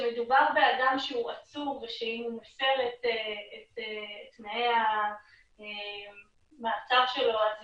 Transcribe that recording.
כשמדובר באדם שהוא עצור ושאם הוא מפר את תנאי המעצר שלו יש